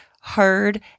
heard